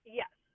yes